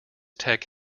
tech